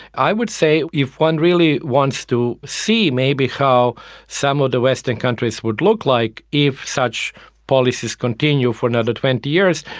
i would say if one really wants to see maybe how some of the western countries would look like if such policies continue for another twenty years,